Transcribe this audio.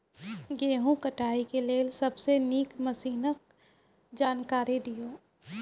गेहूँ कटाई के लेल सबसे नीक मसीनऽक जानकारी दियो?